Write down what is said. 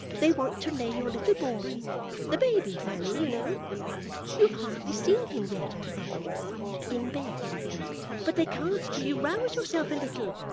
they want to lay your little boy the baby, fanny, you know you have hardly seen him yet, i think in bed but they can't till you rouse yourself a little.